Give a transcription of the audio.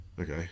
okay